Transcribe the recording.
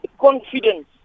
confidence